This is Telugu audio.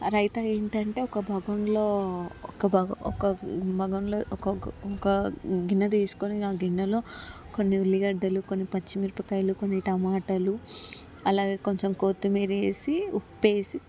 రైతా ఏంటంటే ఒక భగంలో ఒక ఒక భగంలో ఒక ఒక గిన్నె తీసుకొని ఆ గిన్నెలో కొన్ని ఉల్లిగడ్డలు కొన్ని పచ్చిమిరపకాయలు కొన్ని టమాటాలు అలాగే కొంచెం కొతిమీరేసి ఉప్పేసి